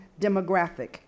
demographic